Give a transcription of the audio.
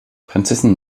prinzessin